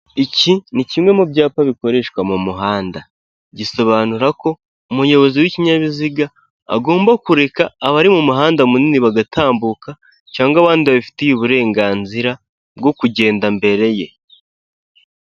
Iki ni kimwe mu byapa bikoreshwa mu muhanda. Gisobanura ko umuyobozi w'ikinyabiziga, agomba kureka abari mu muhanda munini bagatambuka cyangwa abandi babifitiye uburenganzira bwo kugenda mbere ye.